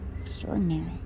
Extraordinary